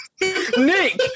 Nick